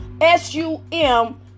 S-U-M